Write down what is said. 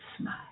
smile